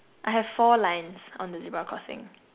I have four lines on the zebra crossing